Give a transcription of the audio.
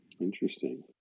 Interesting